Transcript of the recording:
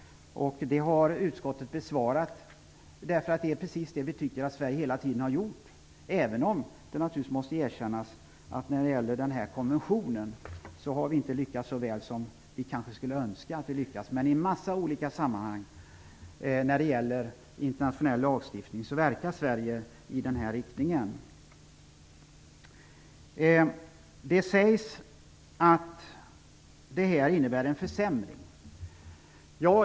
Utskottet har besvarat det yrkandet. Vi tycker att det är precis vad Sverige har gjort hela tiden. Det måste dock erkännas att vi inte har lyckats så väl som vi kanske skulle önska när det gäller havsrättskonventionen. I en mängd olika sammanhang verkar Sverige i den riktningen när det gäller internationell lagstiftning. Det sägs att konventionen innebär en försämring.